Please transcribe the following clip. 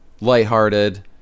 Lighthearted